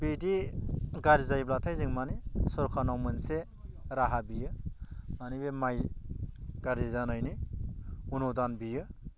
बेदि गाज्रि जायोब्लाथाय जों माने सरखारनाव मोनसे राहा बियो मानि बे माइ गाज्रि जानायनि अन'दान बियो